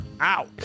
Ow